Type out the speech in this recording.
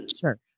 sure